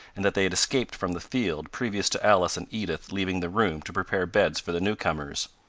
and that they had escaped from the field previous to alice and edith leaving the room to prepare beds for the new-comers.